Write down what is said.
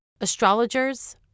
Astrologers